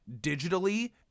digitally